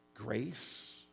grace